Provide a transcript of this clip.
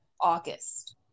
august